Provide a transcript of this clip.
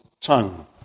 tongue